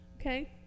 okay